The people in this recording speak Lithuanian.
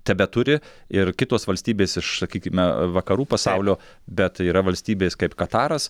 tebeturi ir kitos valstybės iš sakykime vakarų pasaulio bet yra valstybės kaip kataras